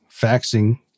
faxing